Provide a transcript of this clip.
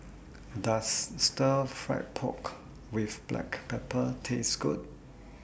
Does Stir Fried Pork with Black Pepper Taste Good